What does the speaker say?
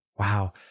Wow